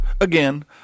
again